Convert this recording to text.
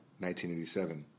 1987